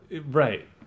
Right